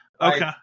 Okay